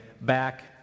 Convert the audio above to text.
back